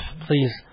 Please